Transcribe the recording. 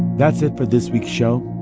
that's it for this week's show.